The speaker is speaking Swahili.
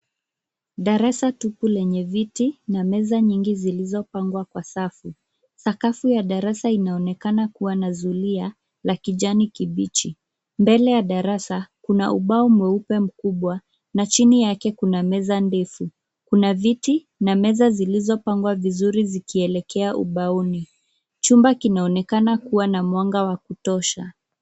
Darasa tupu lenye viti na meza nyingi zilizopangwa kwa safu. Sakafu ya darasa inaonekana kuwa na zulia la kijani kibichi. Mbele ya darasa, kuna ubao mweupe mkubwa na chini yake kuna meza ndefu. Kuna viti na meza zilizopangwa vizuri zikielekea ubaoni. Chumba kinaonekana kuwa na mwanga wa kutosha.